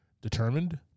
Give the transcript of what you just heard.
determined